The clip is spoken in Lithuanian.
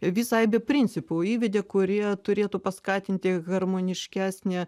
visą aibę principų įvedė kurie turėtų paskatinti harmoniškesnį